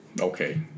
Okay